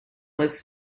was